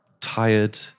tired